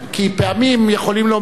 כי פעמים יכולים לומר,